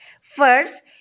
First